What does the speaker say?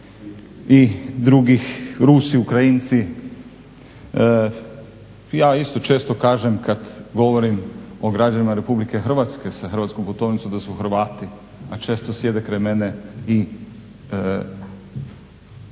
i drugih, Rusi, Ukrajinci. Ja isto često kažem kad govorim o građanima Republike Hrvatske sa hrvatskom putovnicom da su Hrvati, a često sjede kraj mene i građani